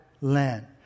land